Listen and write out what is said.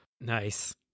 Nice